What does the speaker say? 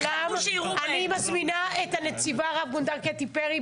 אני מזמינה את הנציבה רב גונדר קטי פרי,